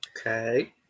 Okay